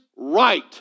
right